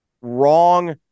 wrong